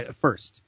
first